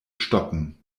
stoppen